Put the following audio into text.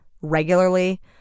regularly